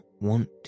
want